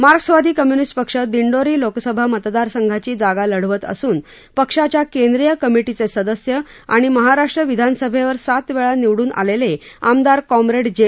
मार्क्सवादी कम्य्निस्ट पक्ष दिंडोरी लोकसभा मतदारसंघाची जागा लढवत असून पक्षाच्या केंद्रीय कमिटीचे सदस्य आणि महाराष्ट्र विधानसभेवर सात वेळा निवडून आलेले आमदार काँम्रेड जे